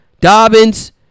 Dobbins